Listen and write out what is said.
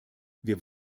wir